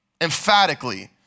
emphatically